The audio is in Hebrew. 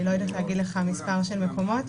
אני לא יודעת להגיד לך מספר של מקומות.